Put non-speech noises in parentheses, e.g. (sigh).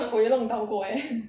(laughs) 我有弄到过 leh (laughs)